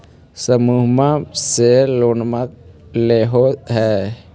समुहवा से लोनवा लेलहो हे?